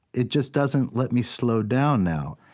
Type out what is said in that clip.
it just doesn't let me slow down now.